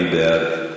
מי בעד?